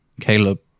Caleb